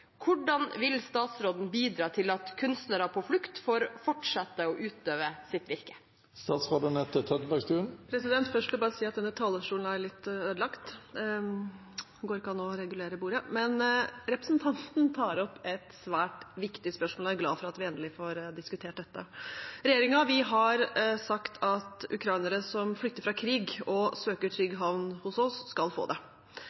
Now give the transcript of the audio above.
Hvordan vil statsråden bidra til at kunstnere på flukt får fortsette å utøve sitt virke?» Representanten tar opp et svært viktig spørsmål, og jeg er glad for at vi endelig får diskutert dette. Regjeringen har sagt at ukrainere som flykter fra krig og søker en trygg havn hos oss, skal få det.